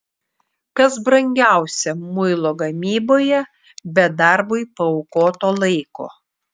kas brangiausia muilo gamyboje be darbui paaukoto laiko